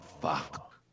Fuck